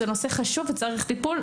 זה נושא חשוב וצריך טיפול.